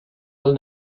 will